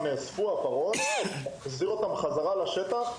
הן פונו והחזיר אותן חזרה אל השטח,